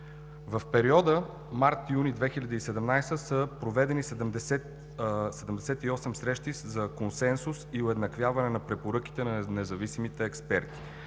В периода март – юни 2017 г. са проведени 78 срещи за консенсус и уеднаквяване на препоръките на независимите експерти,